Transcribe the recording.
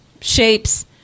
shapes